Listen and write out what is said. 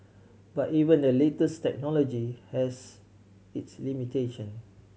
but even the latest technology has its limitation